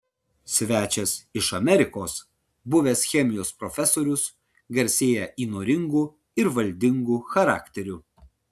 svečias iš amerikos buvęs chemijos profesorius garsėja įnoringu ir valdingu charakteriu